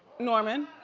norman?